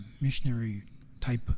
missionary-type